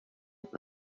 est